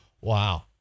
wow